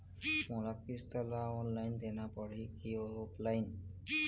मोला किस्त ला ऑनलाइन देना पड़ही की ऑफलाइन?